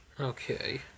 Okay